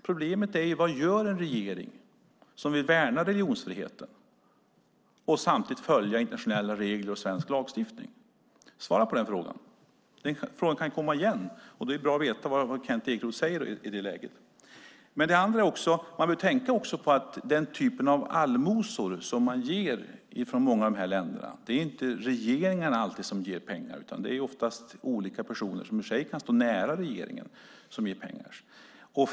Problemet är: Vad gör en regering som vill värna religionsfriheten och samtidigt följa internationella regler och svensk lagstiftning? Svara på den frågan! Den kan ju komma igen, och då är det bra att veta vad Kent Ekeroth säger. Man ska också tänka på att den typ av allmosor som man ger från många av de här länderna - det är inte alltid regeringarna som ger pengar, utan det är oftast olika personer, som i och för sig kan stå nära regeringen, som gör det.